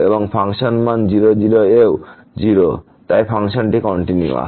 এবং ফাংশন মান 0 0 এও 0 তাই ফাংশনটি কন্টিনিউয়াস